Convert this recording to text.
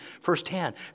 firsthand